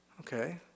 Okay